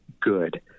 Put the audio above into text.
good